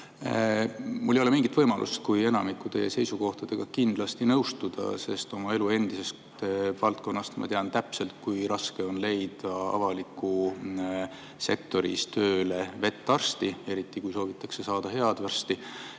Mul ei ole mingit muud võimalust, kui enamiku teie seisukohtadega kindlasti nõustuda, sest oma endisest töövaldkonnast ma tean täpselt, kui raske on leida avalikku sektorisse tööle vetarsti, eriti kui soovitakse saada head arsti.